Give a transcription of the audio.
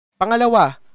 Pangalawa